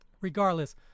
Regardless